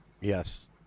Yes